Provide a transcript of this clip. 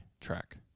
track